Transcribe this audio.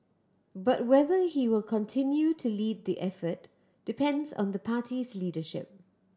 but whether he will continue to lead the effort depends on the party's leadership